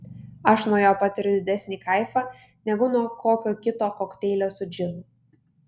aš nuo jo patiriu didesnį kaifą negu nuo kokio kito kokteilio su džinu